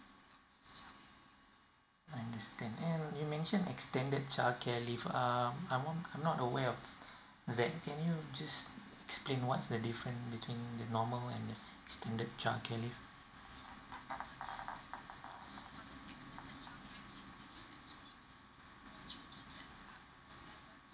understand and you mention extended childcare leave um I'm not I'm not aware of that can you just explain what's the difference between the normal and standard childcare leave